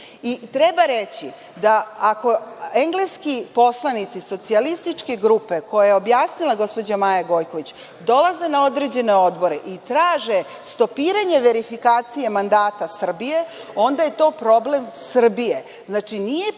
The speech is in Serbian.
Treba reći da ako engleski poslanici socijalističke grupe, što je objasnila gospođa Maja Gojković, dolaze na određene odbore i traže stopiranje verifikacije mandata Srbije, onda je to problem Srbije.